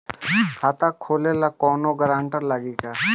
खाता खोले ला कौनो ग्रांटर लागी का?